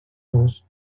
noz